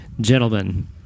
Gentlemen